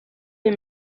him